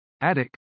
attic